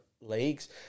leagues